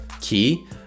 key